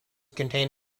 contain